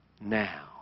now